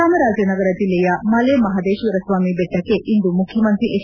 ಚಾಮರಾಜನಗರ ಜಿಲ್ಲೆಯ ಮಲೆ ಮಹದೇಶ್ವರಸ್ವಾಮಿಬೆಟ್ಟಕ್ಕೆ ಇಂದು ಮುಖ್ಯಮಂತ್ರಿ ಹೆಚ್